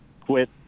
quit